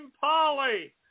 Polly